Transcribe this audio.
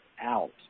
out